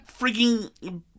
freaking